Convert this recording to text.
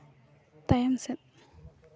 ᱛᱟᱭᱚᱢ ᱥᱮᱫ